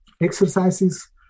exercises